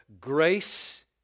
grace